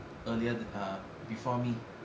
earlier ah err before me